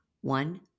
one